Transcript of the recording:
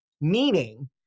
Meaning